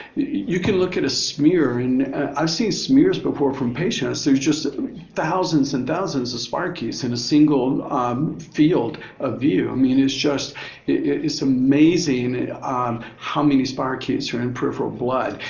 you can look at a smear. and i've seen smears before from patients. there are just thousands and thousands of spirochetes in a single field of view. i mean, it's just it's amazing how many spirochetes are in peripheral blood.